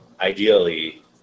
ideally